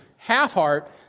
Half-heart